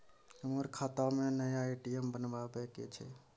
हमर खाता में नया ए.टी.एम बनाबै के छै?